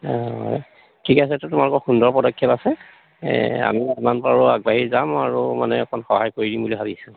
ঠিক আছে এইটো তোমালোকৰ সুন্দৰ পদক্ষেপ আছে আমি যিমান পাৰো আগবাঢ়ি যাম আৰু মানে অকণ সহায় কৰি দিম বুলি ভাবিছোঁ